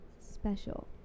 special